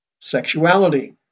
sexuality